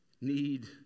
need